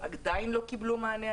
שעדיין לא קיבלו מענה.